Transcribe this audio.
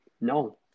no